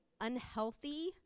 unhealthy